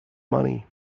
money